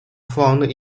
found